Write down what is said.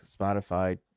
Spotify